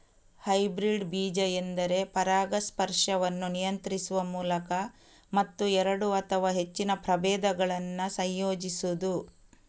hybrid ಬೀಜ ಎಂದರೆ ಪರಾಗಸ್ಪರ್ಶವನ್ನು ನಿಯಂತ್ರಿಸುವ ಮೂಲಕ ಮತ್ತು ಎರಡು ಅಥವಾ ಹೆಚ್ಚಿನ ಪ್ರಭೇದಗಳನ್ನ ಸಂಯೋಜಿಸುದು